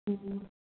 ꯎꯝ ꯎꯝ